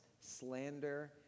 slander